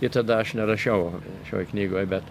ir tada aš nerašiau šioj knygoj bet